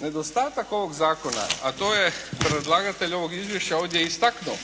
Nedostatak ovog zakona, a to je predlagatelj ovog izvješća ovdje istaknuo,